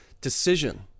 decision